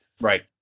Right